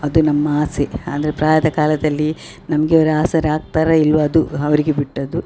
ಅದು ನಮ್ಮ ಆಸೆ ಆದರೆ ಪ್ರಾಯದ ಕಾಲದಲ್ಲಿ ನಮಗೆ ಅವ್ರು ಆಸರೆ ಆಗ್ತಾರ ಇಲ್ಲವಾ ಅದು ಅವರಿಗೆ ಬಿಟ್ಟದ್ದು